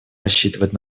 рассчитывать